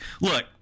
look